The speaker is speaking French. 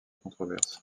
controverse